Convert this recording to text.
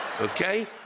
okay